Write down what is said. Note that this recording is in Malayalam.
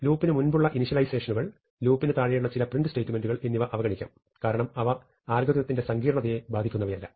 ലൂപ്പിനു മുൻപുള്ള ഇനിഷ്യലൈസേഷനുകൾ ലൂപ്പിനു താഴെയുള്ള ചില പ്രിന്റുസ്റ്റേറ്റ്മെന്റ്കൾ എന്നിവ അവഗണിക്കാം കാരണം അവ അൽഗോരിതത്തിന്റെ സങ്കീർണ്ണതയെ ബാധിക്കുന്നവയല്ല